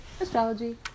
Astrology